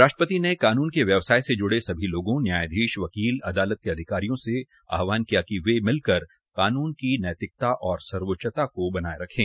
राष्ट्रपति ने कानून के व्यवसाय से जुडे सभी लोगों न्यायाधीश वकील अदालत के अधिकारी से आहवान किया कि वे मिलकर कानुन की नैतिकता व सर्वोच्चता को बनायें